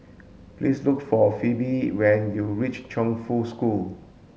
please look for Phoebe when you reach Chongfu School